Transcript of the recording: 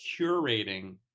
curating